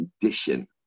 condition